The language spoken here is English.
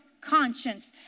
conscience